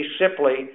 simply